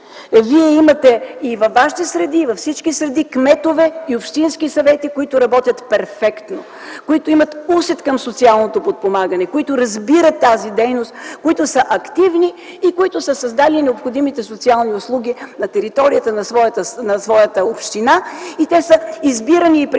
Вие имате и във вашите среди, и във всички среди кметове и общински съвети, които работят перфектно, които имат усет към социалното подпомагане, които разбират тази дейност, които са активни и са създали необходимите социални услуги на територията на своята община. И те са избирани и преизбирани,